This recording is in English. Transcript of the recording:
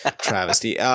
travesty